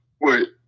Wait